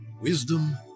wisdom